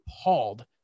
appalled